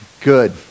Good